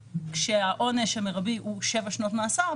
כשהעונש המרבי הוא שבע שנות מאסר,